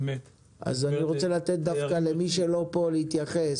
אז אני רוצה לתת דווקא למי שלא פה להתייחס,